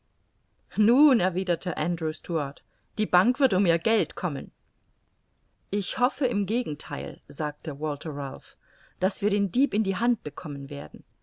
nun erwiderte andrew stuart die bank wird um ihr geld kommen ich hoffe im gegentheil sagte walther ralph daß wir den dieb in die hand bekommen werden